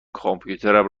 کامپیوترم